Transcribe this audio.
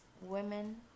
women